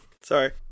Sorry